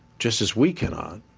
just as we cannot,